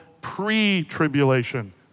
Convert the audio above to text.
pre-tribulation